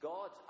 God